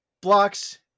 blocks